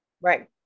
Right